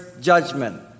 judgment